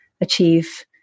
achieve